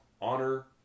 honor